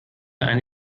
eine